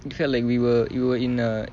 it felt like we were we were in a